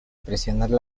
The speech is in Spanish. presionarle